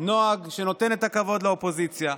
נוהג שנותן את הכבוד לאופוזיציה.